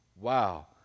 Wow